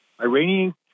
Iranian